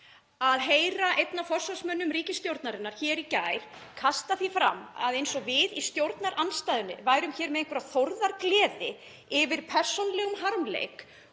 að heyra einn af forsvarsmönnum ríkisstjórnarinnar í gær kasta því fram að við í stjórnarandstöðunni værum með einhverja þórðargleði yfir persónulegum harmleik